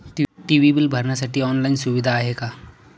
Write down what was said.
TV bill भरण्यासाठी online सुविधा आहे का?